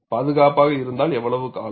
பாதுகாப்பாக இருந்தால் எவ்வளவு காலம்